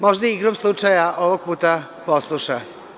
Možda igrom slučajeva ovog puta posluša.